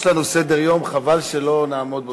יש לנו סדר-יום, חבל שלא נעמוד בו.